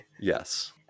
yes